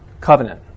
covenant